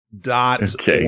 Dot